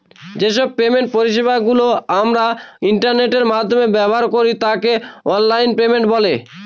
যে সব পেমেন্ট পরিষেবা গুলো আমরা ইন্টারনেটের মাধ্যমে ব্যবহার করি তাকে অনলাইন পেমেন্ট বলে